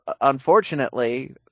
unfortunately